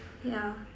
yeah